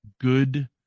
good